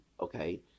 okay